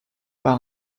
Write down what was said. pas